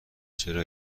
چرا